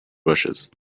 bushes